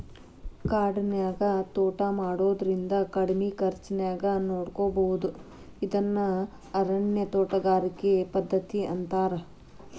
ಕಾಡಿನ್ಯಾಗ ತೋಟಾ ಮಾಡೋದ್ರಿಂದ ಕಡಿಮಿ ಖರ್ಚಾನ್ಯಾಗ ನೋಡ್ಕೋಬೋದು ಇದನ್ನ ಅರಣ್ಯ ತೋಟಗಾರಿಕೆ ಪದ್ಧತಿ ಅಂತಾರ